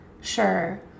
sure